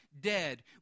dead